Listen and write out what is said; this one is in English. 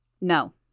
No